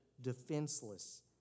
defenseless